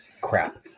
crap